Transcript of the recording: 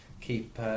keep